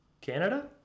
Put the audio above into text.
Canada